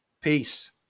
Peace